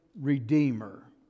redeemer